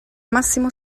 massimo